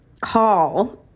call